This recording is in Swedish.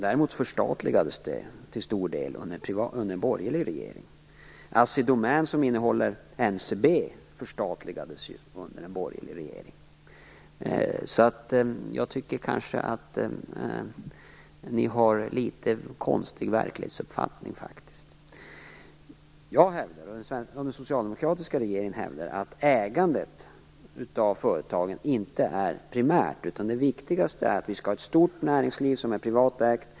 Däremot förstatligades det till stor del under en borgerlig regering. Assi Domän, som innehåller NCB, förstatligades ju under en borgerlig regering. Jag tycker faktiskt att Karin Falkmer och hennes vänner har litet konstig verklighetsuppfattning. Jag hävdar, och den socialdemokratiska regeringen hävdar, att ägandet av företagen inte är primärt. Det viktigaste är att vi skall ha ett stort näringsliv som är privatägt.